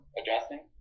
adjusting